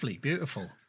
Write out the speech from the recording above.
beautiful